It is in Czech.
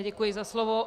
Děkuji za slovo.